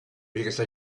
because